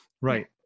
Right